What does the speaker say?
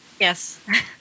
Yes